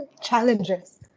challenges